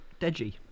deji